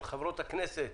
של חברות הכנסת